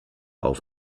auf